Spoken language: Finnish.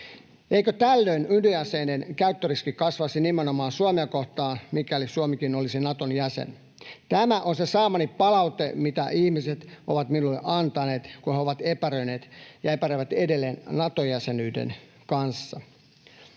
Eikö tällöin ydinaseiden käyttöriski kasvaisi nimenomaan Suomea kohtaan, mikäli Suomikin olisi Naton jäsen? Tämä on se saamani palaute, mitä ihmiset ovat minulle antaneet, kun he ovat epäröineet ja epäröivät edelleen Nato-jäsenyyden kanssa.